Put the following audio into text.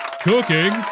Cooking